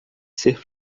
ser